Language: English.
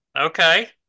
Okay